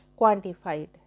quantified